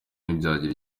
ntibyagira